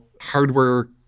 hardware